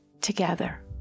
together